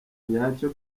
nyacyo